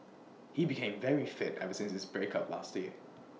he became very fit ever since his breakup last year